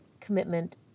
commitment